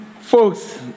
Folks